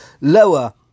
lower